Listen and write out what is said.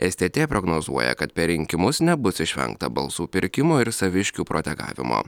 stt prognozuoja kad per rinkimus nebus išvengta balsų pirkimo ir saviškių protegavimo